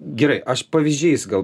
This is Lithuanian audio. gerai aš pavyzdžiais gal